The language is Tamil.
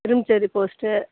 இரும்புலிச்சேரி போஸ்ட்டு